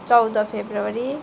चौध फेब्रुअरी